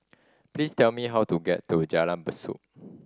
please tell me how to get to Jalan Besut